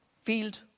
field